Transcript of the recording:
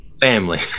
family